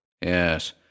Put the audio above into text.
Yes